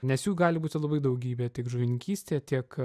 nes jų gali būti labai daugybė tiek žuvininkystė tiek